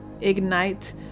ignite